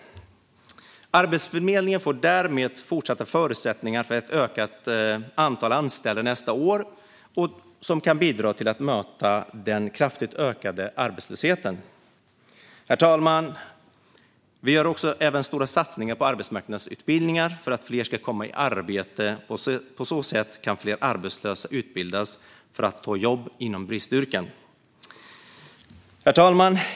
Arbetsförmedlingen får därmed fortsatta förutsättningar för ett ökat antal anställda nästa år som kan bidra till att möta den kraftigt ökande arbetslösheten. Vi gör även stora satsningar på arbetsmarknadsutbildningar för att fler ska komma i arbete. På så sätt kan fler arbetslösa utbildas för att ta jobb inom bristyrken. Herr talman!